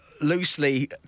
loosely